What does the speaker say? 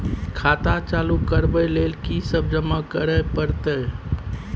खाता चालू करबै लेल की सब जमा करै परतै?